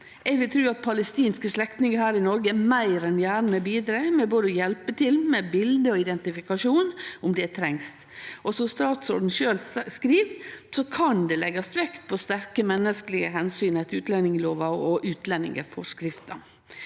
Eg vil tru at palestinske slektningar her i Noreg meir enn gjerne bidreg med å hjelpe til med både bilde og identifikasjon om det trengst. Som statsråden sjølv skriv, kan det leggjast vekt på sterke menneskelege omsyn etter utlendingslova og utlendingsforskrifta.